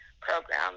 program